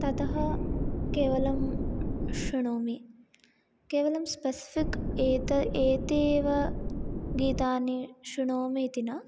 ततः केवलं शृणोमि केवलं स्पेसिफिक् एत एते एव गीतानि शृणोमि इति न